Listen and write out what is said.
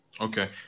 Okay